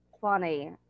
funny